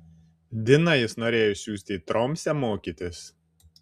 diną jis norėjo išsiųsti į tromsę mokytis